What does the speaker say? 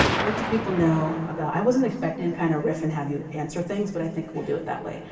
what do people know about, i wasn't expecting to and kind of rift and have you answer things, but i think we'll do it that way.